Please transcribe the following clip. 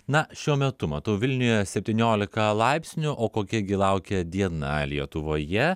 na šiuo metu matau vilniuje septyniolika laipsnių o kokia gi laukia diena lietuvoje